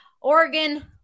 Oregon